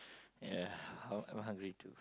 ya I'm I'm hungry too